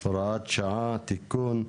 (הוראת שעה) (תיקון)